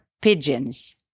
pigeons